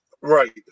right